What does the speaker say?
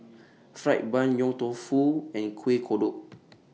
Fried Bun Yong Tau Foo and Kuih Kodok